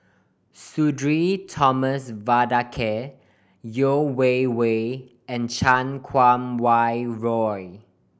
Sudhir Thomas Vadaketh Yeo Wei Wei and Chan Kum Wah Roy